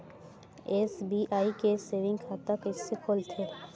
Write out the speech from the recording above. SBI के saving खाता कइसे खोलथे?